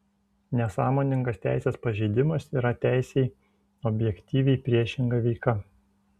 nesąmoningas teisės pažeidimas yra teisei objektyviai priešinga veika